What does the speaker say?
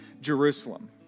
Jerusalem